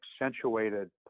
accentuated